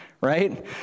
right